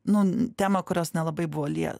nu tema kurios nelabai buvo lie